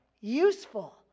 useful